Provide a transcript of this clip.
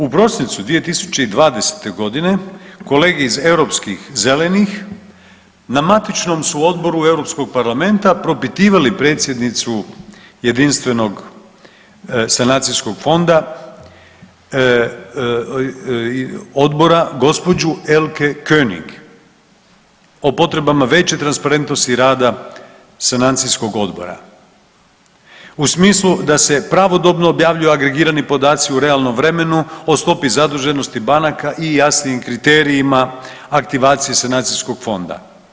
U prosincu 2020.g. kolege iz europskih zelenih na matičnom su odboru Europskog parlamenta propitivali predsjednicu Jedinstvenog sanacijskog fonda odbora gđu. Elke Konig o potrebama veće transparentnosti rada sanacijskog odbora u smislu da se pravodobno objavljuju agregirani podaci u realnom vremenu, o stopi zaduženosti banaka i jasnijim kriterijima aktivacije sanacijskog fonda.